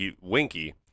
Winky